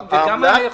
העמלה,